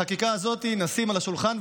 את החקיקה הזאת נשים על השולחן,